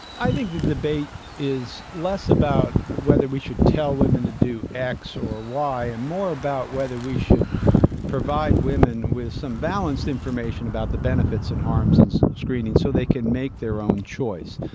i think the debate is less about whether we should tell women to do x or y and more about whether we should provide women with some balanced information about the benefits and harms in screening so they can make their own choice.